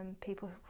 people